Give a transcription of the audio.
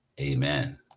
amen